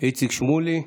איציק שמולי.